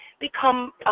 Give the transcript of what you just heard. become